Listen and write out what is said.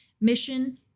mission